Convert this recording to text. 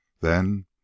Then